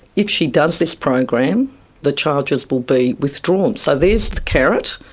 if she does this program the charges will be withdrawn, so there's the carrot,